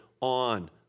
on